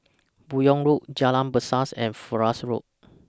Buyong Road Jalan Berseh and Florence Road